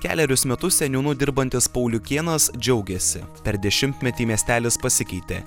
kelerius metus seniūnu dirbantis pauliukėnas džiaugiasi per dešimtmetį miestelis pasikeitė